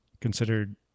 considered